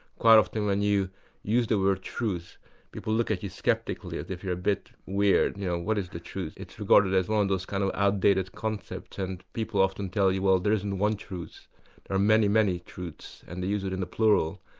quite often when you use the word truth people look at you sceptically as if you are a bit weird, you know what is the truth, it's regarded as one of those kind of outdated concepts and people often tell you well there isn't one truth, there are many, many truths and they use it in the plural.